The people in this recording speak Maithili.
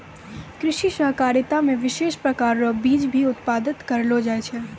कृषि सहकारिता मे विशेष प्रकार रो बीज भी उत्पादन करलो जाय छै